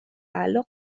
تعلق